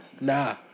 Nah